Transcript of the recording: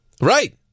Right